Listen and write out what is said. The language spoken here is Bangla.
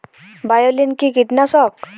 বায়োলিন কি কীটনাশক?